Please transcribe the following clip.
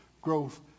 growth